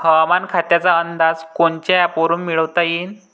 हवामान खात्याचा अंदाज कोनच्या ॲपवरुन मिळवता येईन?